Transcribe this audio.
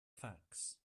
facts